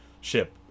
ship